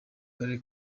karere